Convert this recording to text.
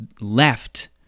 left